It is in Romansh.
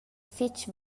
fetg